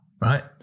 right